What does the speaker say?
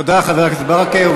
תודה, חבר הכנסת ברכה.